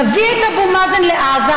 נביא את אבו מאזן לעזה,